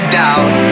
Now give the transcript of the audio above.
doubt